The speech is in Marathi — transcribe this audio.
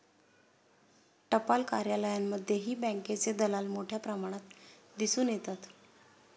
टपाल कार्यालयांमध्येही बँकेचे दलाल मोठ्या प्रमाणात दिसून येतात